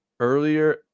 Earlier